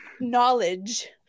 knowledge